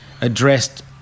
addressed